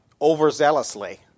overzealously